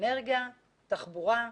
אנרגיה, תחבורה,